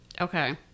Okay